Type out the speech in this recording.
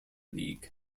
league